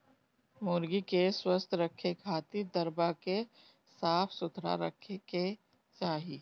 मुर्गी के स्वस्थ रखे खातिर दरबा के साफ सुथरा रखे के चाही